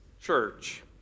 church